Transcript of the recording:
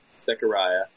Zechariah